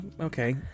okay